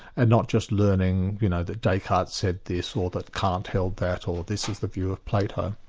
and not just learning you know that descartes said this, or that kant held that, or this is the view of plato.